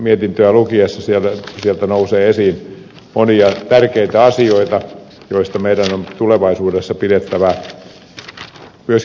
mietintöä lukiessa sieltä nousee esiin monia tärkeitä asioita joista meidän on tulevaisuudessa myöskin pidettävä kiinni